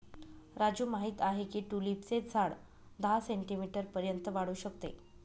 राजू माहित आहे की ट्यूलिपचे झाड दहा सेंटीमीटर पर्यंत वाढू शकते